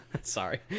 Sorry